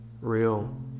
real